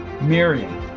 Miriam